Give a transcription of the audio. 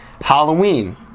halloween